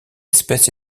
espèce